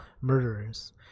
murderers